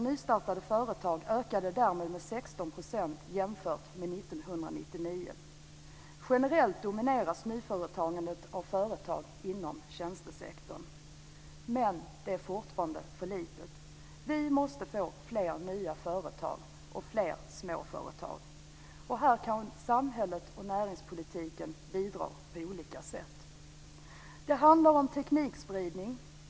jämfört med 1999. Generellt domineras nyföretagandet av företag inom tjänstesektorn. Men det är fortfarande för lite. Vi måste få fler nya företag och fler småföretag. Här kan samhället och näringspolitiken bidra på olika sätt. Det handlar om teknikspridning.